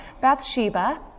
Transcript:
Bathsheba